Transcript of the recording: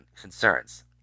concerns